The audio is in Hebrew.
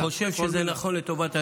שזה נכון לטובת האזרחים,